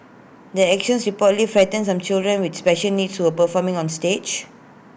their actions reportedly frightened some children with special needs who were performing on stage